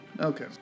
Okay